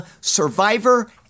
survivor